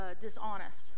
dishonest